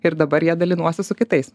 ir dabar ja dalinuosi su kitais